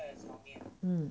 mm